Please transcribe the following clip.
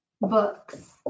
books